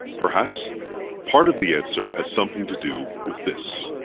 perhaps part of the answer has something to do with this.